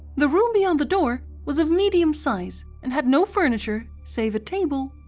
the room beyond the door was of medium size, and had no furniture save a table,